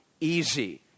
easy